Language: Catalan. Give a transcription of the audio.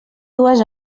dues